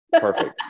Perfect